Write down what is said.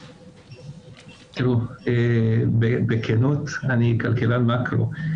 תראו, בכנות, אני כלכלן מקרו.